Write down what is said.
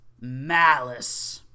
Malice